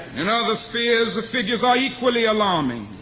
in other spheres, the figures are equally alarming.